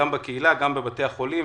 גם בקהילה, גם בבתי החולים.